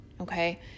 okay